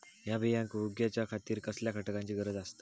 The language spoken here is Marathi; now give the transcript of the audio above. हया बियांक उगौच्या खातिर कसल्या घटकांची गरज आसता?